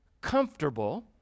comfortable